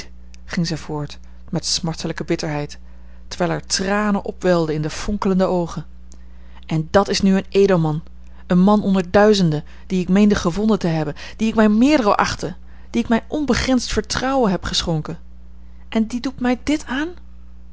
ging zij voort met smartelijke bitterheid terwijl er tranen opwelden in de fonkelende oogen en dat is nu een edelman een man onder duizenden dien ik meende gevonden te hebben dien ik mijn meerdere achtte dien ik mijn onbegrensd vertrouwen heb geschonken en die doet mij dit aan